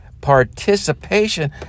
participation